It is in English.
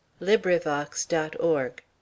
LibriVox.org